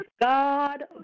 God